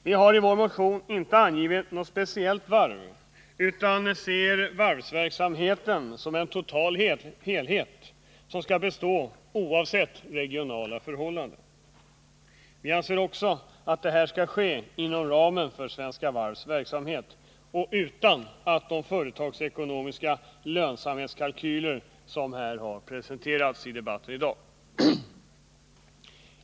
Vi har i vår motion inte angivit något speciellt varv utan ser varvsverksamheten som en total helhet som skall bestå oavsett regionala förhållanden. Vi anser också att detta skall ske inom ramen för Svenska Varvs verksamhet och utan de företagsekonomiska lönsamhetskalkyler som har presenterats i debatten här i dag.